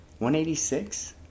186